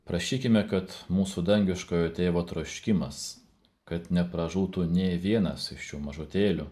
prašykime kad mūsų dangiškojo tėvo troškimas kad nepražūtų nė vienas iš šių mažutėlių